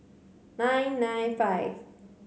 nine nine five